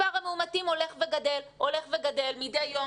מספר המאומתים הולך וגדל מדי יום,